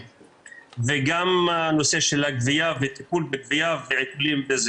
וגם הנושא של הגבייה וטיפול בגבייה ועיקולים.